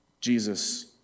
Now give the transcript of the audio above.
Jesus